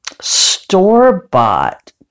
store-bought